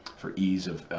for ease of,